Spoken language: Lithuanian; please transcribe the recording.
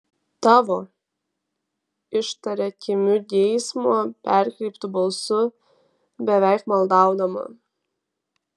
tavo ištaria kimiu geismo perkreiptu balsu beveik maldaudama